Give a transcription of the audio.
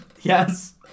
Yes